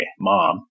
mom